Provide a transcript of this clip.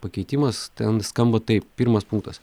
pakeitimas ten skamba taip pirmas punktas